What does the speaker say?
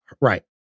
Right